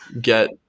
get